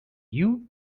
you